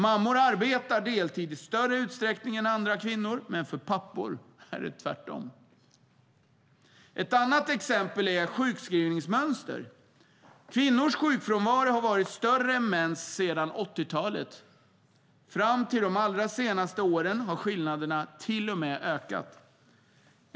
Mammor arbetar deltid i större utsträckning än andra kvinnor, men för pappor är det tvärtom. Ett annat exempel är sjukskrivningsmönster. Kvinnors sjukfrånvaro har varit större än mäns sedan 1980-talet. Fram till de allra senaste åren har skillnaderna till och med ökat.